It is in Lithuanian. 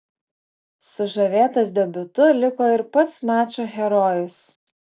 sužavėtas debiutu liko ir pats mačo herojus